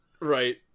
Right